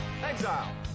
exile